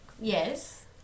Yes